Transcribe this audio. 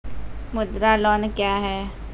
मुद्रा लोन क्या हैं?